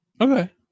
Okay